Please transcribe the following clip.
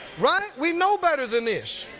right? we know better than this.